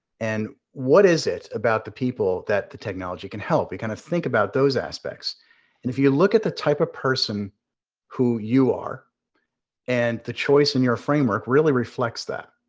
and what is it about the people that the technology can help. we kind of think about those aspects. and if you look at the type of person who you are and the choice in your framework really reflects that.